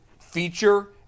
feature